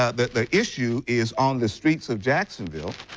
ah the issue is on the streets of jacksonville,